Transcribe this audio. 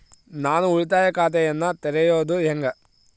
ನಾನು ಉಳಿತಾಯ ಖಾತೆಯನ್ನ ತೆರೆಯೋದು ಹೆಂಗ?